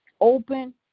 open